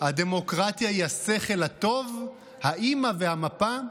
הדמוקרטיה היא השכל הטוב, האימא והמפה.